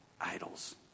idols